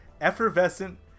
effervescent